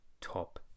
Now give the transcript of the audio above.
top